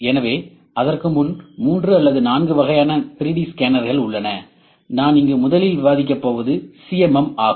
எனவே அதற்கு முன் 3 அல்லது 4 வகையான 3D ஸ்கேனர்கள் உள்ளன நான் இங்கு முதலில் விவாதிக்கப் போவது CMM ஆகும்